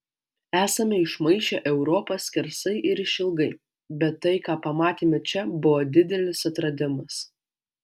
esame išmaišę europą skersai ir išilgai bet tai ką pamatėme čia buvo didelis atradimas